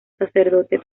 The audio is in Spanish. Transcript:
sacerdote